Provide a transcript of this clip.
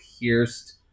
pierced